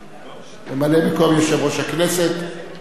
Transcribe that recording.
ממלא-מקום יושב-ראש הכנסת ישאל.